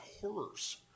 Horrors